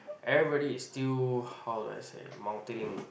everybody is still how do I say multilingual